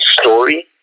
story